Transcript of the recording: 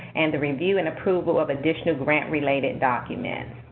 and the review and approval of additional grant-related documents.